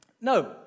no